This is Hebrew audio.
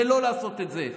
זה לא לעשות את זה.